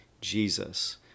Jesus